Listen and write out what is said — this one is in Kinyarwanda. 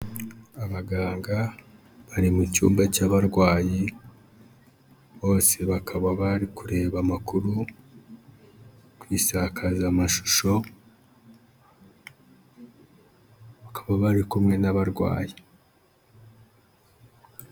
Abaganga bari mu cyumba cy'abarwayi, bose bakaba bari kureba amakuru ku insakazamashusho, bakaba bari kumwe n'abarwayi.